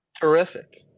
Terrific